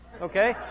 Okay